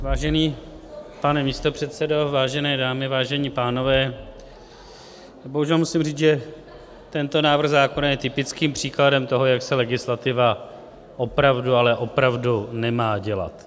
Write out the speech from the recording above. Vážený pane místopředsedo, vážené dámy, vážení pánové, bohužel musím říci, že tento návrh zákona je typickým příkladem toho, jak se legislativa opravdu, ale opravdu nemá dělat.